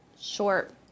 short